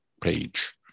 page